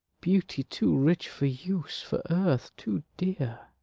beauty too rich for use, for earth too dear!